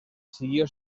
siguió